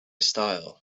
style